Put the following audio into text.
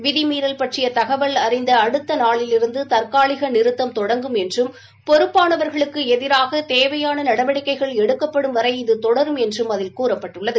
விதிமீறல் பற்றிய தகவல் அழிந்த அடுத்த நாளிலிருந்து தற்காலிக நிறுத்தம் தொடங்கும் என்றும் பொறுப்பானவா்களுக்கு எதிராக தேவையான நடவடிக்கைகள் எடுக்கப்படும் வரை இது தொடரும் என்றும் அதில் கூறப்பட்டுள்ளது